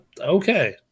Okay